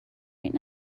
right